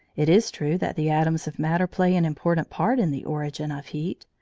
it is true that the atoms of matter play an important part in the origin of heat,